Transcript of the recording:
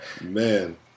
Man